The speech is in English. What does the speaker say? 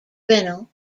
grinnell